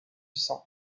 sang